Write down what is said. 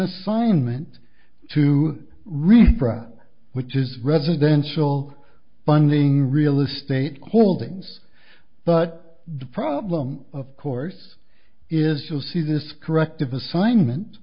assignment to rebrand which is residential funding real estate holdings but the problem of course is you'll see this corrective assignment